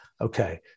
Okay